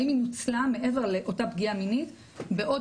האם היא נוצלה מעבר לאותה פגיעה מינית בעוד